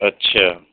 اچھا